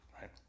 right